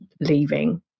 leaving